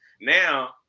Now